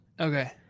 Okay